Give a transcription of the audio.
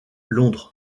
londres